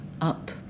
up